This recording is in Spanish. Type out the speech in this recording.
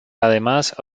además